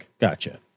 gotcha